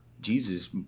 Jesus